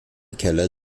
keller